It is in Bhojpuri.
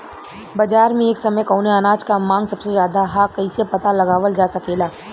बाजार में एक समय कवने अनाज क मांग सबसे ज्यादा ह कइसे पता लगावल जा सकेला?